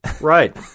Right